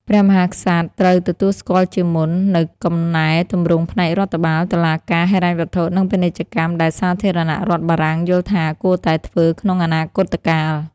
ព្រះមហាក្សត្រត្រូវទទួលស្គាល់ជាមុន នូវកំណែទម្រង់ផ្នែករដ្ឋបាល តុលាការ ហិរញ្ញវត្ថុ និងពាណិជ្ជកម្មដែលសាធារណរដ្ឋបារាំងយល់ថាគួរតែធ្វើក្នុងអនាគតកាល។